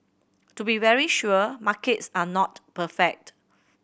to be very sure markets are not perfect